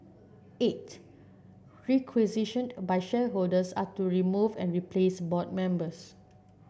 eight requisitioned by shareholders are to remove and replace board members